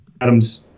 Adams